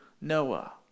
Noah